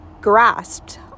grasped